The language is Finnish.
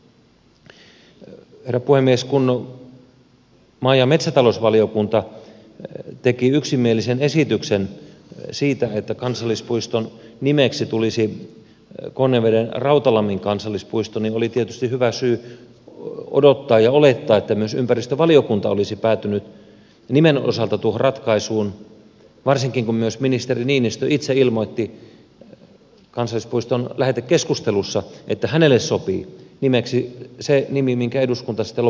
kun maa ja metsätalousvaliokunta teki yksimielisen esityksen siitä että kansallispuiston nimeksi tulisi konnevedenrautalammin kansallispuisto niin oli tietysti hyvä syy odottaa ja olettaa että myös ympäristövaliokunta olisi päätynyt nimen osalta tuohon ratkaisuun varsinkin kun ministeri niinistö itse ilmoitti kansallispuiston lähetekeskustelussa että hänelle sopii nimeksi se nimi minkä eduskunta sitten lopuksi päättää